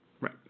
Right